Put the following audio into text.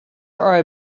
are